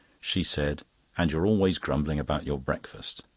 she said and you're always grumbling about your breakfast.